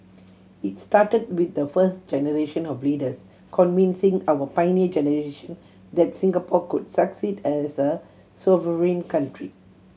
it started with the first generation of leaders convincing our Pioneer Generation that Singapore could succeed as a sovereign country